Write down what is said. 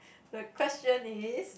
the question is